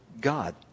God